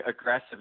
aggressive